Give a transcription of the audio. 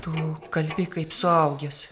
tu kalbi kaip suaugęs